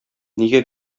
нигә